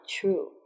true